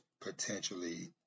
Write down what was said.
potentially